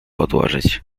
odłożyć